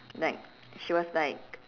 like she was like